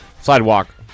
sidewalk